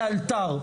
לאלתר,